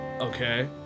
Okay